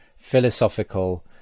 philosophical